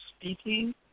speaking